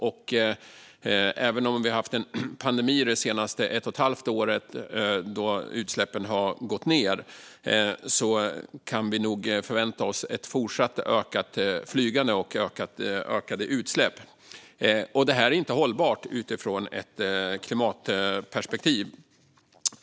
Även om vi nu har haft en pandemi under ett och ett halvt år då utsläppen har gått ned kan vi nog förvänta oss ett fortsatt ökat flygande och ökade utsläpp. Det är inte hållbart utifrån ett klimatperspektiv.